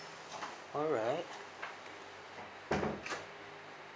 alright